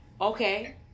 Okay